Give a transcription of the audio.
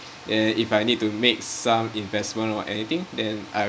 and if I need to make some investment or anything then I'll